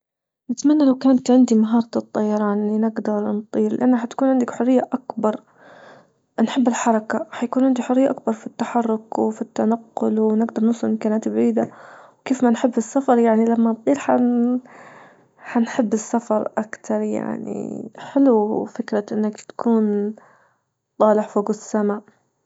نتمنى لو كانت عندي مهارة الطيران اللي نجدر نطير لأنها حتكون عندك حرية أكبر نحب الحركة حيكون عندي حرية أكبر في التحرك وفي التنقل ونجدر نوصل لمكانات بعيدة، وكيف ما نحب السفر يعني لما نطير حن-حنحب السفر أكتر يعني حلو فكرة أنك تكون طالع فوج السما.